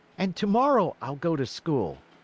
and tomorrow i'll go to school.